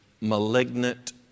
malignant